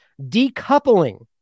decoupling